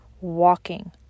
walking